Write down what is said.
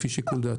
לפי שיקול דעתו.